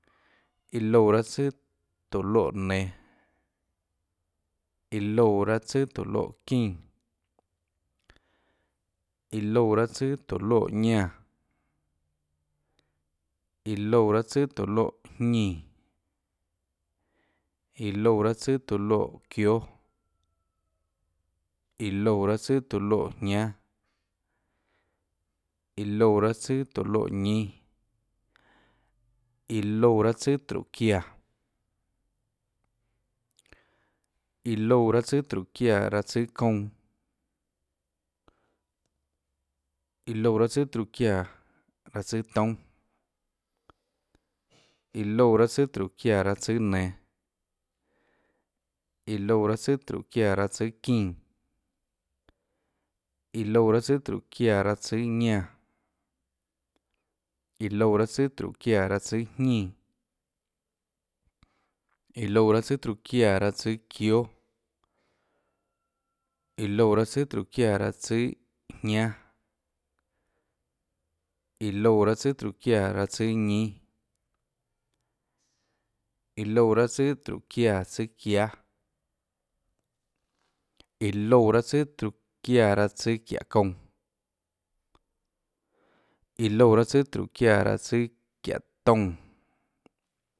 Iã loúã raâ tsùàtóå loè nenå, iã loúã raâ tsùàtóå loè çínã, iã loúã raâ tsùàtóå loè ñánã, iã loúã raâ tsùàtóå loè jñínã, iã loúã raâ tsùàtóå loè çióâ, iã loúã raâ tsùàtóå loè jñánâ, iã loúã raâ tsùàtóå loè ñínâ, iã loúã raâ tsùàtróhå çiáã, iã loúã raâ tsùàtróhå çiáã raâ tsùâ kounã. iã loúã raâ tsùàtróhå çiáã raâ tsùâ toúnâ, iã loúã raâ tsùàtróhå çiáã raâ tsùâ nenå, iã loúã raâ tsùàtróhå çiáã raâ tsùâ çínã, iã loúã raâ tsùàtróhå çiáã raâ tsùâ ñánã, iã loúã raâ tsùàtróhå çiáã raâ tsùâjñínã, iã loúã raâ tsùàtróhå çiáã raâ tsùâ çióâ, iã loúã raâ tsùà tróhå çiáã raâ tsùâ jñánâ, iã loúã raâ tsùàtróhå çiáã raâtsùâ ñínâ, iã loúã raâ tsùàtróhå çiáã tsùâ çiáâ, iã loúã raâ tsùàtróhå çiáã tsùâ çiáhå kounã, iã loúã raâ tsùàtróhå çiáã tsùâ çiáhå toúnâ.